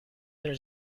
there